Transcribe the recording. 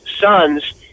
sons